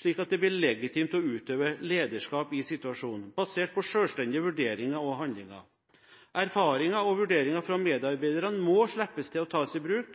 slik at det blir legitimt å utøve lederskap i situasjonen, basert på selvstendige vurderinger og handlinger. Erfaringer og vurderinger fra medarbeidere må slippes til og tas i bruk.